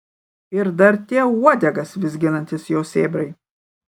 ir dar tie uodegas vizginantys jo sėbrai